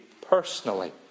personally